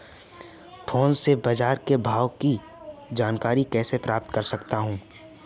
Phone से बाजार के भाव की जानकारी कैसे प्राप्त कर सकते हैं?